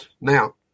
Now